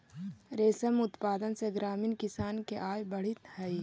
रेशम उत्पादन से ग्रामीण किसान के आय बढ़ित हइ